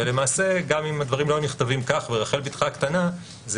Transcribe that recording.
ולמעשה גם אם הדברים לא היו נכתבים כך ברחל בתך הקטנה זה